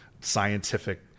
scientific